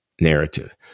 narrative